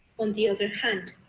on the other hand,